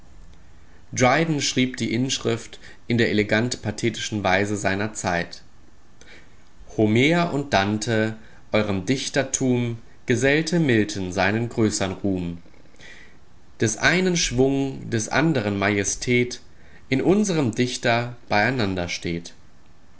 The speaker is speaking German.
schrieb die inschrift in der elegant pathetischen weise seiner zeit homer und dante eurem dichtertum gesellte milton seinen größern ruhm des einen schwung des andern majestät in unserm dichter beieinander steht